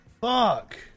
Fuck